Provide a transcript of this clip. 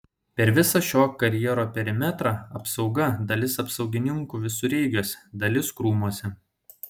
per visą šio karjero perimetrą apsauga dalis apsaugininkų visureigiuose dalis krūmuose